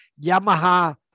Yamaha